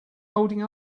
holding